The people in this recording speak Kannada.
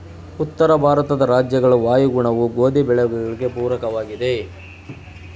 ಉತ್ತರ ಭಾರತದ ರಾಜ್ಯಗಳ ವಾಯುಗುಣವು ಗೋಧಿ ಬೆಳವಣಿಗೆಗೆ ಪೂರಕವಾಗಿದೆ,